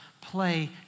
play